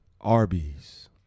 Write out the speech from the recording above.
Arby's